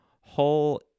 whole